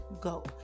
go